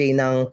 ng